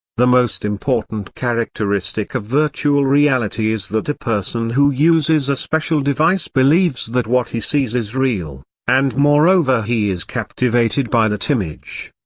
the most important characteristic of virtual reality is that a person who uses a special device believes that what he sees is real, and moreover he is captivated by that image.